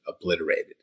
obliterated